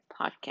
podcast